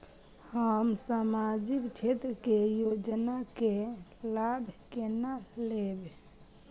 हम सामाजिक क्षेत्र के योजना के लाभ केना लेब?